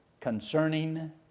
concerning